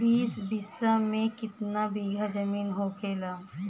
बीस बिस्सा में कितना बिघा जमीन होखेला?